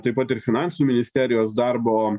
taip pat ir finansų ministerijos darbo